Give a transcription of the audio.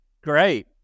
great